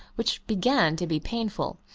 which began to be painful.